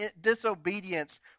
disobedience